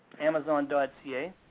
Amazon.ca